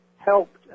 helped